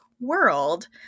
world